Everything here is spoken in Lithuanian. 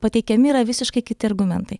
pateikiami yra visiškai kiti argumentai